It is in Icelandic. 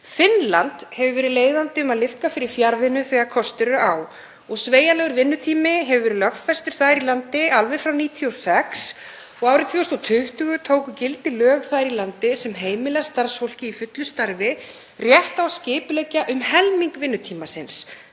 Finnland hefur verið leiðandi um að liðka fyrir fjarvinnu þegar kostur er á og sveigjanlegur vinnutími hefur verið lögfestur þar í landi, alveg frá 1996 og árið 2020 tóku gildi lög þar í landi sem heimila starfsfólki í fullu starfi rétt á að skipuleggja um helming vinnutíma síns,